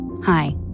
Hi